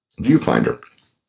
viewfinder